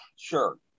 Sure